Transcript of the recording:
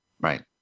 Right